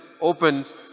opens